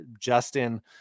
Justin